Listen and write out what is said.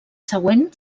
següent